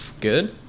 Good